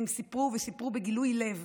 הם סיפרו, וסיפרו בגילוי לב,